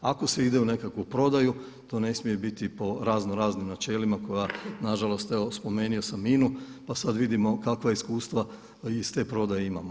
Ako se ide u nekakvu prodaju, to ne smije biti po raznoraznim načelima koja nažalost evo spomenuo sam INA-u pa sada vidimo kakva iskustva iz te prodaje imamo.